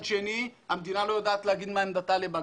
שני המדינה לא יודעת להגיד מה עמדתה לבג"צ.